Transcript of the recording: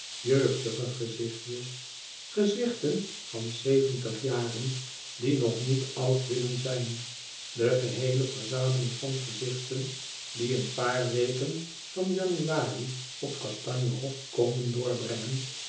jeugdige gezichtjes gezichten van zeventigjaren die nog niet oud willen zijn de geheele verzameling van gezichten die een paar weken van januari op kastanje hof komen doorbrengen